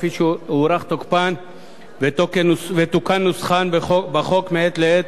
כפי שהוארך תוקפן ותוקן נוסחן בחוק מעת לעת,